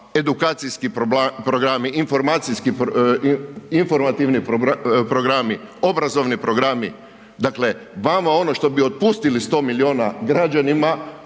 edukacijski programi, informacijski, informativni programi, obrazovni programi. Dakle, vama ono što bi otpustili 100 miliona građanima